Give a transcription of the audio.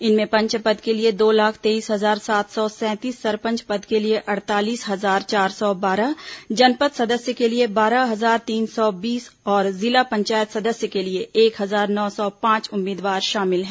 इनमें पंच पद के लिए दो लाख तेईस हजार सात सौ सैंतीस सरपंच पद के लिए अड़तालीस हजार चार सौ बारह जनपद सदस्य के लिए बारह हजार तीन सौ बीस और जिला पंचायत सदस्य के लिए एक हजार नौ सौ पांच उम्मीदवार शामिल हैं